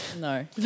No